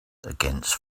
against